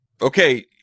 okay